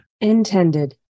Intended